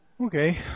Okay